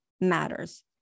matters